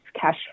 cash